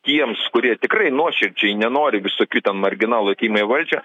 tiems kurie tikrai nuoširdžiai nenori visokių ten marginalų atėjimą į valdžią